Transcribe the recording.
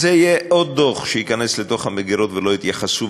זה יהיה עוד דוח שייכנס לתוך המגירות ולא יתייחסו,